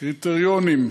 הקריטריונים,